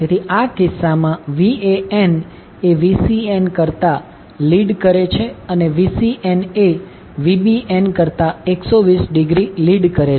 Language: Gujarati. તેથી આ કિસ્સામાં Van એ Vcn કરતા લિડ કરે છે અને Vcn એ Vbn કરતા 120 ડિગ્રી લિડ કરે છે